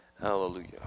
Hallelujah